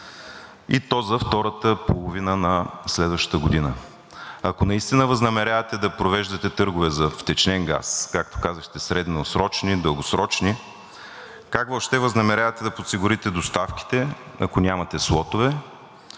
и то за втората половина на следващата година. Ако наистина възнамерявате да провеждате търгове за втечнен газ, както казахте – средносрочни, дългосрочни, как въобще възнамерявате да подсигурите доставките, ако нямате слотове?